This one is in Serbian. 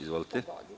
Izvolite.